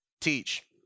teach